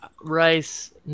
rice